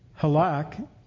Halak